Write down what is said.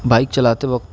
bike چلاتے وقت